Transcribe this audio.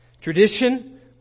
Tradition